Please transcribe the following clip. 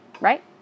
right